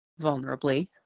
vulnerably